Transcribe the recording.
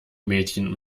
mädchen